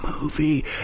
movie